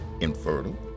infertile